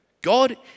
God